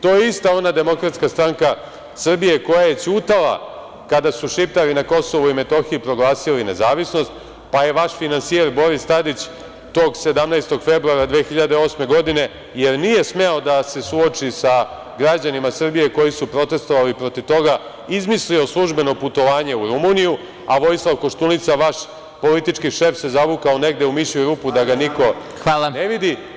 To je ista ona DSS koja je ćutala kada su Šiptari na Kosovu i Metohiji proglasili nezavisnost, pa je vaš finansijer Boris Tadić tog 17. februara 2008. godine, jer nije smeo da se suoči sa građanima Srbije koji su protestvovali protiv toga, izmislio službeno putovanje u Rumuniju, a Vojislav Koštunica, vaš politički šef se zavukao negde u mišiju rupu da ga niko ne vidi.